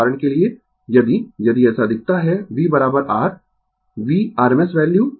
उदाहरण के लिए यदि यदि ऐसा दिखता है v r V rms value